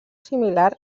similar